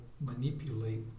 manipulate